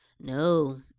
no